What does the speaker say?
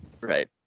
Right